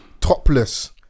topless